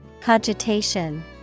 Cogitation